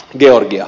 georgia